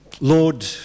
Lord